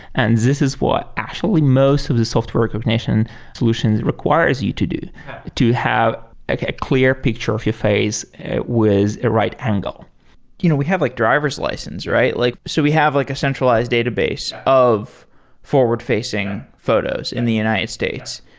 and this is what actually most of the software recognition solutions requires you to do to have a clear picture of your face with a right angle you know we have like driver s license. like so we have like a centralized database of forward-facing photos in the united states.